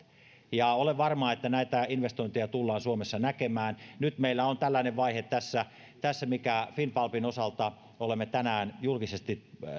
ja olen varma että näitä investointeja tullaan suomessa näkemään nyt meillä on tällainen vaihe tässä tässä minkä finnpulpin osalta olemme tänään julkisesti